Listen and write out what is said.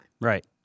Right